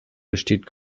bestand